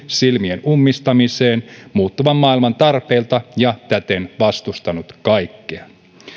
silmien ummistamiseen muuttuvan maailman tarpeilta ja täten vastustanut kaikkea